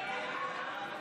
19 לחלופין ו' לא נתקבלה.